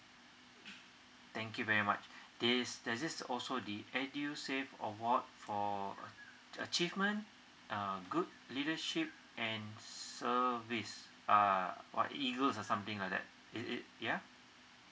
thank you very much this does this also the edusave award for achievement uh good leadership and service uh what eagles or something like that it it yeah